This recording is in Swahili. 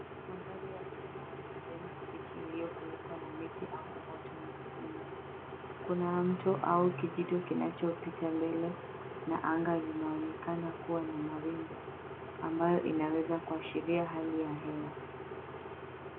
Mandhari ya milima ya kijani kibichi iliyofunikwa na miti au uoto mingine. Kuna mtu au kijitu kinachopita mbele na anga linaonekana kuwa na mawingu, ambayo inaweza kuashiria hali ya hewa.